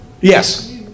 Yes